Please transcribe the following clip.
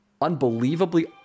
unbelievably